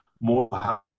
More